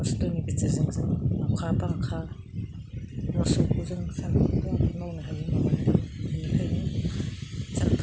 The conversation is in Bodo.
कस्त'नि गेजेरजों जों अखा बांखा मोसौखौ जों सानफ्रोमबो मावनो हायो बेनिखायनो जोंफोर